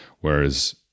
Whereas